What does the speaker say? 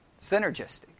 synergistic